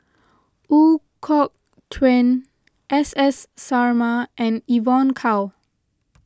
Ooi Kok Chuen S S Sarma and Evon Kow